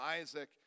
Isaac